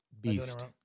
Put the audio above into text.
beast